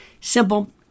Simple